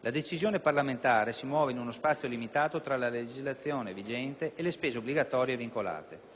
La decisione parlamentare si muove in uno spazio limitato tra la legislazione vigente e le spese obbligatorie e vincolate.